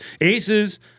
Aces